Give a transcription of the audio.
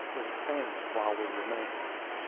with his family, while we remained here.